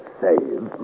save